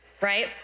right